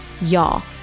Y'all